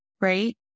right